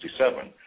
1967